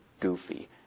goofy